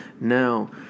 now